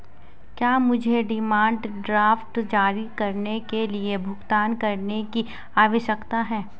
क्या मुझे demand draft जारी करने के लिए भुगतान करने की आवश्यकता है?